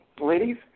ladies